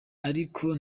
ariko